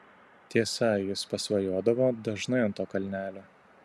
tiesa jis pasvajodavo dažnai ant to kalnelio